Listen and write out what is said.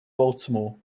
baltimore